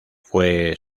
fue